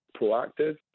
proactive